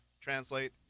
translate